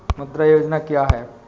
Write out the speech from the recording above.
मुद्रा योजना क्या है?